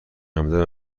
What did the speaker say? همدم